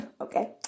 Okay